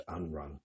unrun